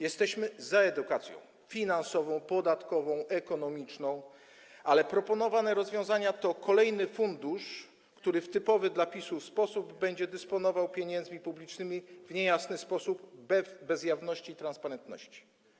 Jesteśmy za edukacją finansową, podatkową, ekonomiczną, ale proponowane rozwiązanie to kolejny fundusz, który w typowy dla PiS-u sposób będzie dysponował pieniędzmi publicznymi w niejasny sposób, bez jawności i transparentności.